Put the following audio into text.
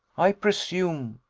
i presume.